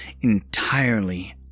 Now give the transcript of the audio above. entirely